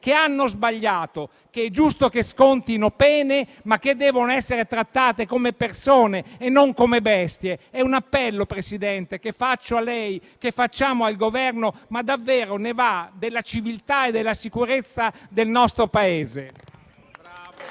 che hanno sbagliato, che è giusto che scontino pene, ma che devono essere trattate come persone e non come bestie. È un appello, Presidente, che faccio a lei e facciamo al Governo, ma davvero ne va della civiltà e della sicurezza del nostro Paese.